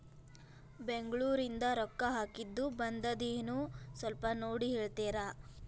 ಬೆಂಗ್ಳೂರಿಂದ ರೊಕ್ಕ ಹಾಕ್ಕಿದ್ದು ಬಂದದೇನೊ ಸ್ವಲ್ಪ ನೋಡಿ ಹೇಳ್ತೇರ?